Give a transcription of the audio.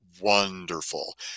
wonderful